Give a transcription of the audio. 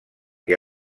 que